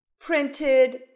printed